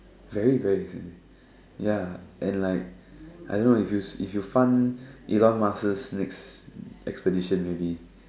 very very expensive ya and like I don't know if if you fund next expedition maybe